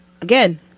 again